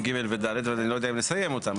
ג' ו-ד' ואני לא יודע אם נסיים אותם.